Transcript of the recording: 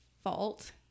fault